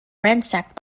ransacked